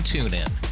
TuneIn